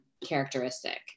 characteristic